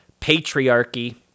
patriarchy